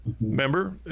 Remember